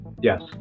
Yes